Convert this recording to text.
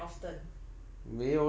yeah but not very often